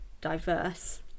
diverse